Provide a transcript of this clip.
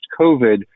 COVID